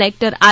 collector R